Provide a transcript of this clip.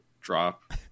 drop